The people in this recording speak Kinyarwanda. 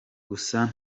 gusa